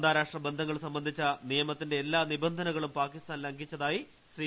അന്താരാഷ്ട്ര ബന്ധങ്ങൾ സംബന്ധിച്ച നിയത്തിന്റെ എല്ലാ നിബന്ധനകളും പാക്കിസ്ഥാൻ ലംഘിച്ചതായി ശ്രീ